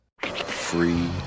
Free